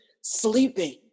sleeping